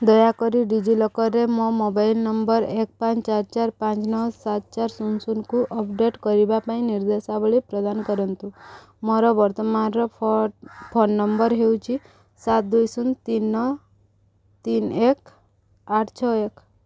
ଦୟାକରି ଡି ଜି ଲକରରେ ମୋ ମୋବାଇଲ୍ ନମ୍ବର୍ ଏକ ପାଞ୍ଚ ଚାରି ଚାରି ପାଞ୍ଚ ନଅ ସାତ ଚାରି ଶୂନ ଶୂନକୁ ଅପଡ଼େଟ୍ କରିବା ପାଇଁ ନିର୍ଦ୍ଦେଶାବଳୀ ପ୍ରଦାନ କରନ୍ତୁ ମୋର ବର୍ତ୍ତମାନର ଫୋନ୍ ନମ୍ବର୍ ହେଉଛି ସାତ ଦୁଇ ଶୂନ ତିନି ନଅ ତିନି ଏକ ଆଠ ଛଅ ଏକ